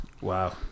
Wow